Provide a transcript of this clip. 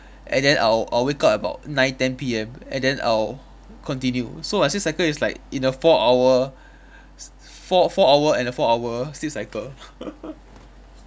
and then I'll I'll wake up at about nine ten P_M and then I'll continue so my sleep cycle is like in a four hour s~ four four hour and four hour sleep cycle